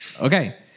Okay